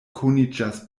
koniĝas